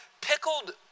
pickled